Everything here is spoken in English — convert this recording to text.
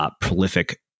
Prolific